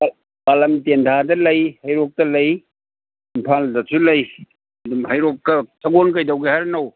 ꯄꯥꯠꯂꯝ ꯇꯦꯟꯊꯥꯗ ꯂꯩ ꯍꯩꯔꯣꯛꯇ ꯂꯩ ꯏꯝꯐꯥꯜꯗꯁꯨ ꯂꯩ ꯑꯗꯨꯝ ꯍꯩꯔꯣꯛꯇ ꯁꯒꯣꯜ ꯀꯩꯗꯧꯒꯦ ꯍꯥꯏꯔꯤꯅꯣ